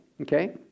Okay